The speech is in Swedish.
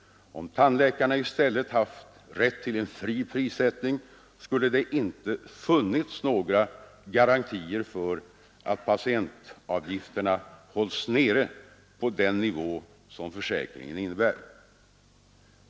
Om tandläkarna i stället haft rätt till en fri prissättning skulle det inte ha funnits några garantier för att patientavgifterna hålls nere på den nivå som försäkringen innebär.